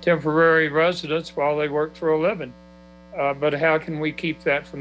temporary residence while they work for a living but how can we keep that from